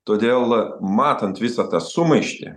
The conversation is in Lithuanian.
todėl matant visą tą sumaištį